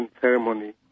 ceremony